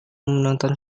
menonton